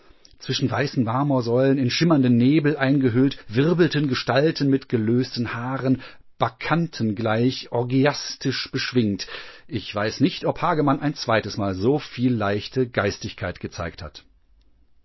zwischen weißen marmorsäulen in schimmernden nebel eingehüllt wirbelten gestalten mit gelösten haaren bacchantengleich orgiastisch beschwingt ich weiß nicht ob hagemann ein zweites mal so viel leichte geistigkeit gezeigt hat